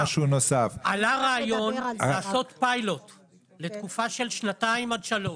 עלה רעיון לעשות פיילוט לתקופה של שנתיים עד שלוש.